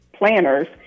planners